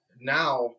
now